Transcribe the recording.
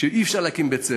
שאי-אפשר להקים שם בית-ספר.